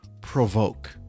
provoke